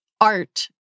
art—